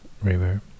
river